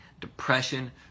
depression